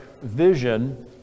vision